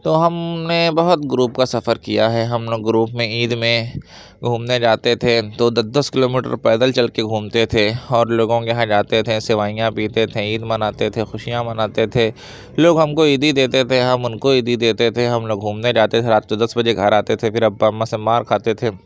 تو ہم نے بہت گروپ کا سفر کیا ہے ہم لوگ گروپ میں عید میں گھومنے جاتے تھے تو دس دس کلو میٹر پیدل چل کے گھومتے تھے اور لوگوں کے یہاں جاتے تھے سیوئیاں پیتے تھے عید مناتے تھے خوشیاں مناتے تھے لوگ ہم کو عیدی دیتے تھے ہم ان کو عیدی دیتے تھے ہم لوگ گھومنے جاتے تھے رات کو دس بجے گھر آتے تھے پھر ابا اماں سے مار کھاتے تھے